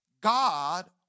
God